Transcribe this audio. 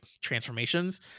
transformations